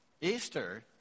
Easter